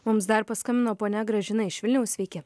mums dar paskambino ponia gražina iš vilniaus sveiki